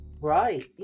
Right